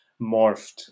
morphed